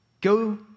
Go